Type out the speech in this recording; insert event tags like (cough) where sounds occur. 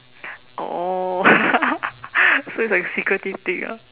oh (laughs) so it's like secretive thing ah